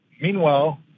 Meanwhile